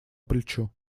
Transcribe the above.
плечу